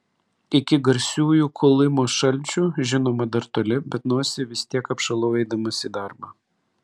iki garsiųjų kolymos šalčių žinoma dar toli bet nosį vis tiek apšalau eidamas į darbą